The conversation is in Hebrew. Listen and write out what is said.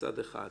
זה מהצד האחד